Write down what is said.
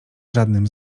żadnym